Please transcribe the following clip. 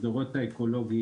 פחות מסדרונות אקולוגיים,